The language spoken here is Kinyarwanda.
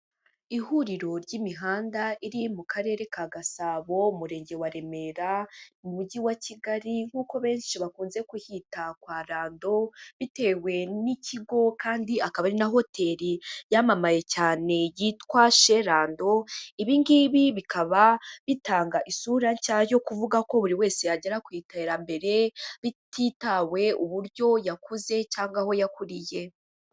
Ihuriro ry'imihanda iri mu Karere ka Gasabo, Umurenge wa Remera, mu Mujyi wa Kigali nk'uko benshi bakunze kuhita kwa Rando, bitewe n'ikigo kandi akaba ari na hoteli yamamaye cyane yitwa she Rando. ibingibi bikaba bitanga isura nshya yo kuvuga ko buri wese yagera ku iterambere bititawe uburyo yakuze cyangwa aho yakuriye.